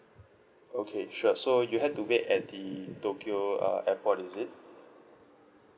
okay sure so you had to wait at the tokyo uh airport is it